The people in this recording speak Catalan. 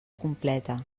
completa